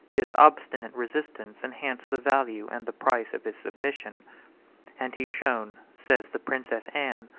his obstinate resistance enhanced the value and the price of his submission and he shone, says the princess anne,